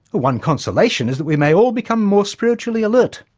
one consolation is that we may all become more spiritually alert.